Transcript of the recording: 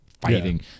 fighting